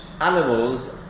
animals